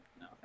no